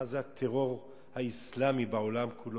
מה זה הטרור האסלאמי שמשתולל בעולם כולו,